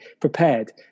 prepared